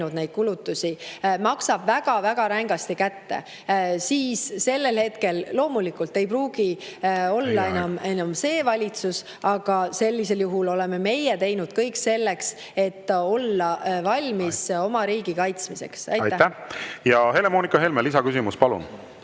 teinud neid kulutusi, maksab väga rängasti kätte. Sellel hetkel loomulikult ei pruugi olla enam see valitsus, aga vähemalt me oleme teinud kõik, et olla valmis oma riigi kaitsmiseks. Aitäh! Helle-Moonika Helme, lisaküsimus, palun!